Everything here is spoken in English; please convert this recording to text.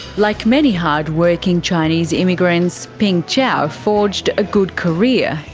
like many hard working chinese immigrants, ping chao forged a good career,